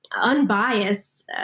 unbiased